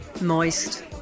moist